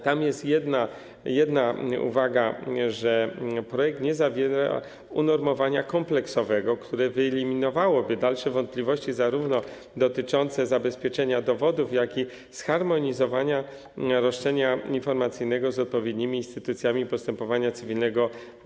Tam jest jedna uwaga, że projekt nie zawiera unormowania kompleksowego, które wyeliminowałoby dalsze wątpliwości dotyczące zarówno zabezpieczenia dowodów, jak i zharmonizowania roszczenia informacyjnego z odpowiednimi instytucjami postępowania cywilnego.